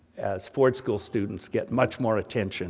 as ford school students, get much more attention